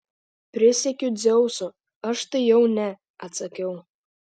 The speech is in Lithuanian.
prisiekiu dzeusu aš tai jau ne atsakiau